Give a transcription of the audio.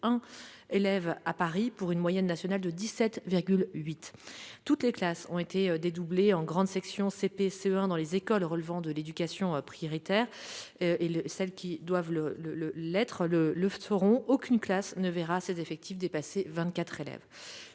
élèves à Paris pour une moyenne nationale de 17,8. Toutes les classes qui ont été dédoublées en grande section, en CP et en CE1 dans les écoles relevant de l'éducation prioritaire le resteront ; celles qui doivent l'être le seront. Aucune de ces classes ne verra ses effectifs dépasser